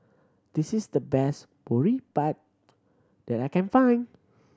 this is the best Boribap that I can find